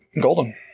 Golden